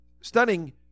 Stunning